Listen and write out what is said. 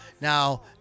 Now